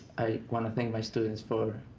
i want to thank my students for